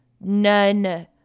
None